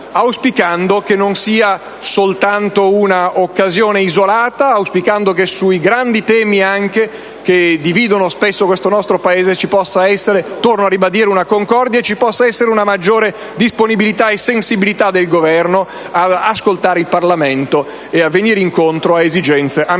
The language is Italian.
auspicando che non sia soltanto un'occasione isolata e che sui grandi temi che dividono spesso questo nostro Paese ci possa essere, torno a ribadire, una concordia che presuppone una maggiore disponibilità e sensibilità del Governo a ascoltare il Parlamento e a venire incontro ad esigenze ampiamente